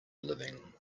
living